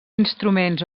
instruments